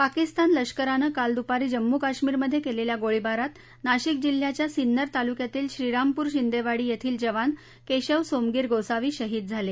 पाकिस्तान लष्करानं काल दुपारी जम्मू काश्मीरमधे केलेल्या गोळीबारात नाशिक जिल्ह्याच्या सिन्नर तालुक्यातील श्रीरामपूर शिंदेवाडी येथील जवान केशव सोमगीर गोसावी शहीद झाले